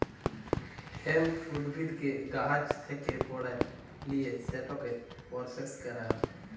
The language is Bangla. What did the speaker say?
হেম্প উদ্ভিদকে গাহাচ থ্যাকে পাড়ে লিঁয়ে সেটকে পরসেস ক্যরা হ্যয়